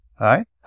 right